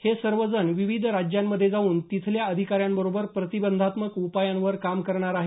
हे सर्वजण विविध राज्यांमध्ये जाऊन तिथल्या अधिकाऱ्यांबरोबर प्रतिबंधात्मक उपायांवर काम करणार आहेत